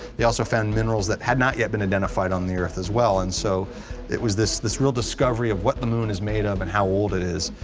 they also found minerals that had not yet been identified on the earth as well. and so it was this this real discovery of what the moon is made of and how old it is.